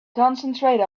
concentrate